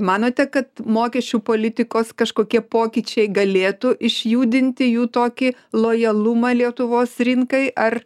manote kad mokesčių politikos kažkokie pokyčiai galėtų išjudinti jų tokį lojalumą lietuvos rinkai ar